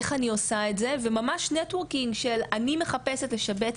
איך אני עושה את זה' וממש net working של 'אני מחפשת לשבץ